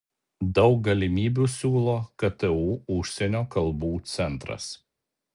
daug galimybių siūlo ktu užsienio kalbų centras